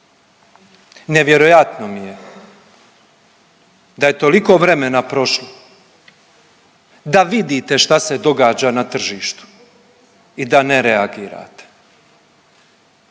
Nevjerojatno mi je da je toliko vremena prošlo da vidite šta se događa na tržištu i da ne reagirate.